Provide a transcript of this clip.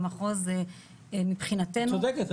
במחוז --- את צודקת,